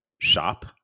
shop